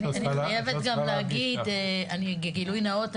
אני חייבת גם להגיד גילוי נאות,